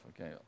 Okay